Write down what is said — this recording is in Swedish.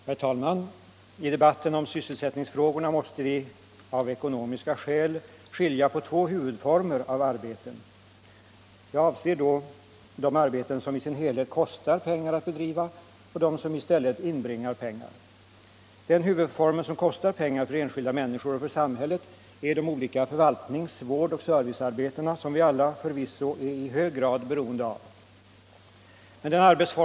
Herr talman! I debatten om sysselsättningsfrågorna måste vi — av ekonomiska skäl — skilja på två huvudformer av arbeten. Jag avser då de arbeten som i sin helhet kostar pengar att bedriva och de som i stället inbringar pengar. Den huvudform som kostar pengar för enskilda människor och för samhället är de olika förvaltnings-, vård och servicearbetena, som vi alla förvisso är i hög grad beroende av.